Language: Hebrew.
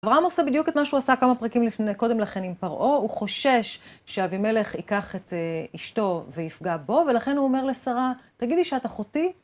אברהם עושה בדיוק את מה שהוא עשה כמה פרקים לפני, קודם לכן עם פרעו. הוא חושש שאבי מלך ייקח את א... אשתו ויפגע בו, ולכן הוא אומר לשרה, תגידי שאת אחותי?